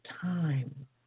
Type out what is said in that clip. time